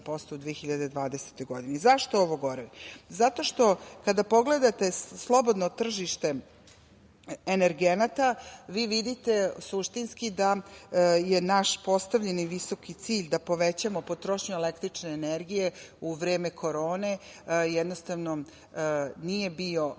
u 2020. godini.Zašto ovo govorim? Zato što kada pogledate slobodno tržište energenata, vi vidite suštinski da naš postavljeni visoki cilj da povećamo potrošnju električne energije u vreme korone jednostavno nije bio moguć,